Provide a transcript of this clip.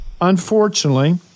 Unfortunately